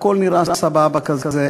הכול נראה סבבה כזה,